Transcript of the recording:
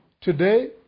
Today